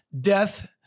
death